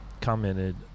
commented